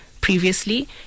Previously